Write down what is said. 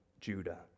Judah